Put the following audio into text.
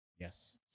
Yes